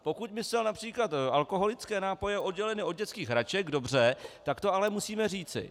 Pokud myslel například alkoholické nápoje odděleny od dětských hraček, dobře, tak to ale musíme říci.